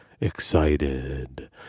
excited